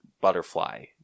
butterfly